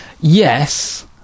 Yes